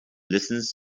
listens